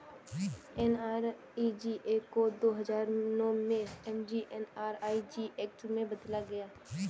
NREGA को दो हजार नौ में एम.जी.एन.आर.इ.जी एक्ट में बदला गया